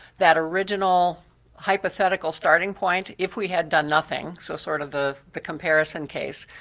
that original hypothetical starting point, if we had done nothing, so sort of the the comparison case,